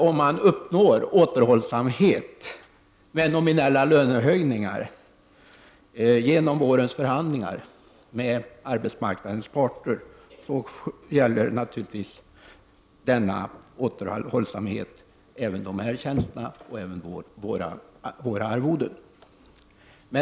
Om återhållsamhet med nominella lönehöjningar uppnås i vårens förhandlingar mellan arbetsmarknadens parter, gäller naturligtvis denna återhållsamhet även dessa statliga tjänster och våra arvoden.